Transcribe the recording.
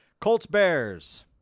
Colts-Bears